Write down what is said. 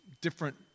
different